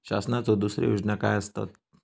शासनाचो दुसरे योजना काय आसतत?